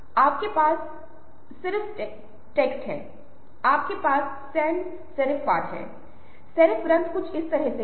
और जिस तरह से लोगों ने विद्रोह किया और मौजूदा शासन को खत्म कर दिया उसे फेसबुक उपयोगकर्ताओं की संख्या कहने के लिए इस्तेमाल किया गया था